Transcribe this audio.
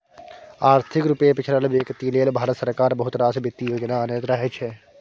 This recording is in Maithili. आर्थिक रुपे पिछरल बेकती लेल भारत सरकार बहुत रास बित्तीय योजना अनैत रहै छै